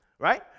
right